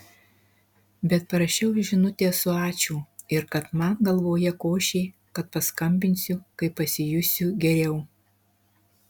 bet parašiau žinutę su ačiū ir kad man galvoje košė kad paskambinsiu kai pasijusiu geriau